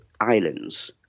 Islands